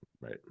right